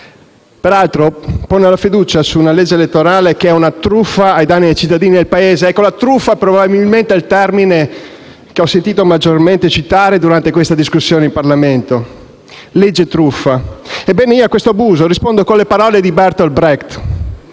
Peraltro, pone la fiducia su questa legge elettorale che è una truffa ai danni dei cittadini e del Paese. Truffa, probabilmente, è il termine che ho sentito maggiormente citare durante questa discussione in Parlamento: legge truffa! Ebbene, io a questo abuso rispondo con le parole di Bertolt Brecht: